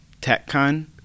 TechCon